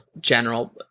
general